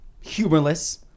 humorless